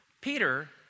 Peter